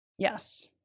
Yes